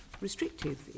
Restrictive